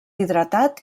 hidratat